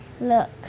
Look